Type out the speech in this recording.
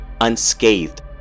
unscathed